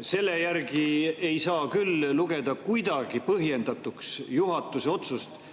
Selle järgi ei saa küll lugeda kuidagi põhjendatuks juhatuse otsust,